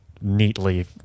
neatly